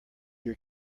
your